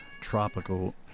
tropical